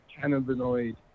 cannabinoid